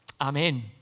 Amen